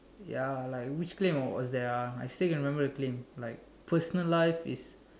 ya like which claim was that ah I still can remember the claim like personal life is